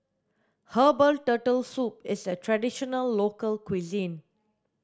herbal turtle soup is a traditional local cuisine